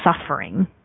suffering